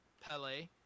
Pele